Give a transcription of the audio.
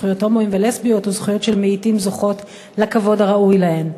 זכויות הומואים ולסביות או זכויות של מיעוטים זוכות לכבוד הראוי להן.